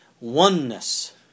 Oneness